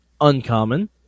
uncommon